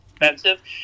expensive